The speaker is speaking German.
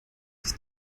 sich